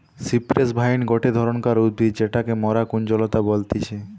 cypress vine গটে ধরণকার উদ্ভিদ যেটাকে মরা কুঞ্জলতা বলতিছে